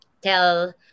tell